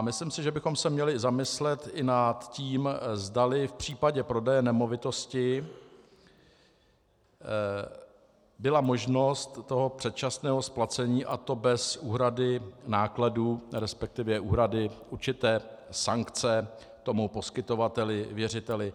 Myslím si, že bychom se měli zamyslet i nad tím, zdali v případě prodeje nemovitosti byla možnost toho předčasného splacení, a to bez úhrady nákladů, respektive úhrady určité sankce tomu poskytovateli, věřiteli.